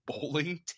bowling